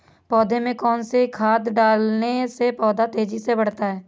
पौधे में कौन सी खाद डालने से पौधा तेजी से बढ़ता है?